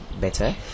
better